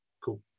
Cool